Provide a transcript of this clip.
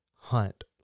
hunt